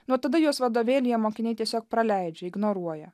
nuo tada juos vadovėlyje mokiniai tiesiog praleidžia ignoruoja